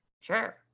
Sure